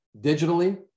digitally